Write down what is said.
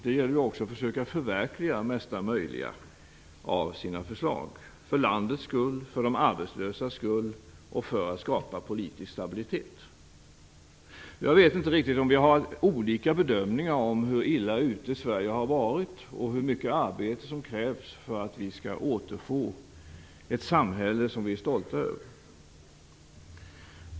Det gäller också att försöka förverkliga mesta möjliga av sina förslag, för landets skull, för de arbetslösas skull och för att skapa politisk stabilitet. Jag vet inte riktigt om vi gör olika bedömningar av hur illa ute Sverige har varit och hur mycket arbete som krävs för att vi skall återfå ett samhälle som vi är stolta över.